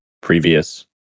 previous